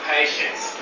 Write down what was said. Patience